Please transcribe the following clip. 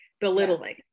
belittling